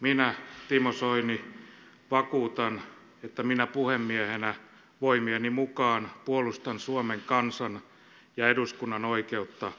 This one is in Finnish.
minä timo soini vakuutan että minä puhemiehenä voimieni mukaan puolustan suomen kansan ja eduskunnan oikeutta valtiosäännön mukaan